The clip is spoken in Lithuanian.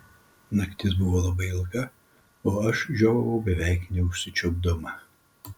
naktis buvo labai ilga o aš žiovavau beveik neužsičiaupdama